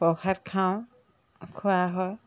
প্ৰসাদ খাওঁ খোৱা হয়